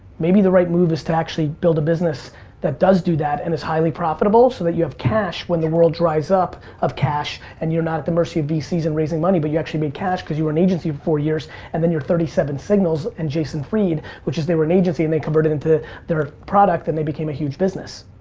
maybe the right move is to actually build a business that does do that and is highly profitable so that you have cash when the world dries up of cash and you're not at the mercy of vcs and raising money, but you actually made cash cause you were an agency for four years and then you're thirty seven signals and jason fried which is they were an agency and they converted into their product and they became a huge business.